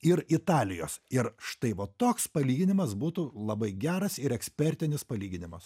ir italijos ir štai va toks palyginimas būtų labai geras ir ekspertinis palyginimas